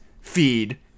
feed